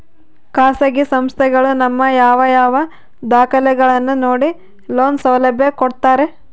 ಖಾಸಗಿ ಸಂಸ್ಥೆಗಳು ನಮ್ಮ ಯಾವ ಯಾವ ದಾಖಲೆಗಳನ್ನು ನೋಡಿ ಲೋನ್ ಸೌಲಭ್ಯ ಕೊಡ್ತಾರೆ?